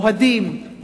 אוהדים,